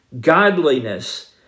godliness